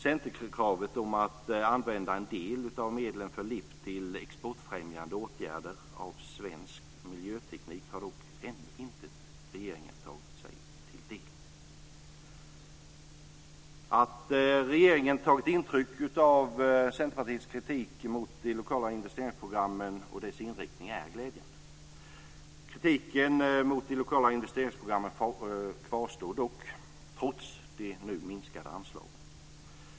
Centerkravet om att använda en del av medlen för LIP till exportfrämjande åtgärder av svensk miljöteknik har dock regeringen ännu inte tagit sig till del. Att regeringen har tagit intryck av Centerpartiets kritik mot de lokala investeringsprogrammen och deras inriktning är glädjande. Kritiken mot de lokala investeringsprogrammen kvarstår dock, trots de nu minskade anslagen.